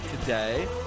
today